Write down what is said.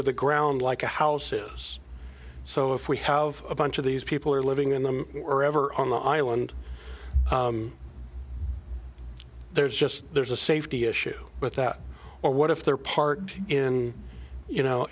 to the ground like a house is so if we have a bunch of these people are living in them or ever on the island there's just there's a safety issue with that or what if they're parked in you know